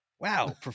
wow